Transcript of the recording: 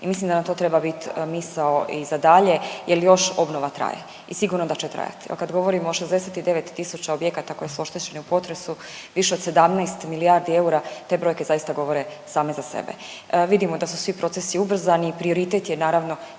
i mislim da nam to treba bit misao i za dalje jel još obnova traje i sigurno da će trajati. Jer kad govorimo o 69 tisuća objekata koji su oštećeni u potresu više od 17 milijardi eura te brojke zaista govore same za sebe. Vidimo da su svi procesi ubrzani i prioritet je naravno